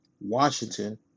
Washington